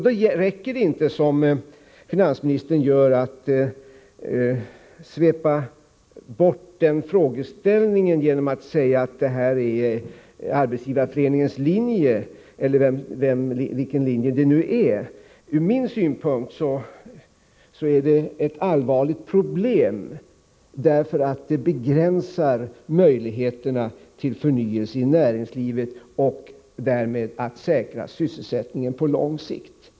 Då räcker det inte, som finansministern gör, att svepa bort den frågeställningen genom att säga att det här är Arbetsgivareföreningens linje eller vilken linje det nu är. Ur min synpunkt är detta ett allvarligt problem, därför att det begränsar möjligheterna till förnyelse i näringslivet och därmed också möjligheterna att säkra sysselsättningen på lång sikt.